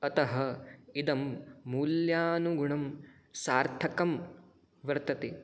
अतः इदं मूल्यानुगुणं सार्थकं वर्तते